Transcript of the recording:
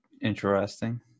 interesting